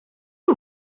que